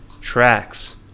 tracks